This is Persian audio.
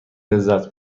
لذت